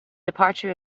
departure